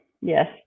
Yes